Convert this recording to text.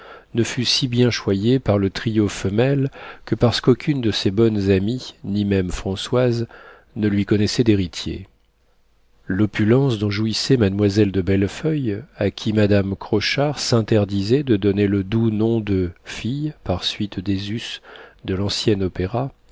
ne fut si bien choyée par le trio femelle que parce qu'aucune de ces bonnes amies ni même françoise ne lui connaissaient d'héritier l'opulence dont jouissait mademoiselle de bellefeuille à qui madame crochard s'interdisait de donner le doux nom de fille par suite des us de l'ancien